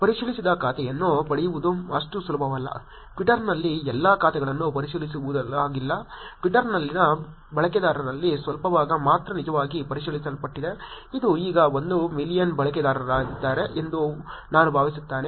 ಪರಿಶೀಲಿಸಿದ ಖಾತೆಯನ್ನು ಪಡೆಯುವುದು ಅಷ್ಟು ಸುಲಭವಲ್ಲ Twitter ನಲ್ಲಿ ಎಲ್ಲಾ ಖಾತೆಗಳನ್ನು ಪರಿಶೀಲಿಸಲಾಗುವುದಿಲ್ಲ Twitter ನಲ್ಲಿನ ಬಳಕೆದಾರರಲ್ಲಿ ಸ್ವಲ್ಪ ಭಾಗ ಮಾತ್ರ ನಿಜವಾಗಿ ಪರಿಶೀಲಿಸಲ್ಪಟ್ಟಿದೆ ಇದು ಈಗ ಒಂದು ಮಿಲಿಯನ್ ಬಳಕೆದಾರರಿದ್ದಾರೆ ಎಂದು ನಾನು ಭಾವಿಸುತ್ತೇನೆ